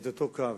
את אותו קו.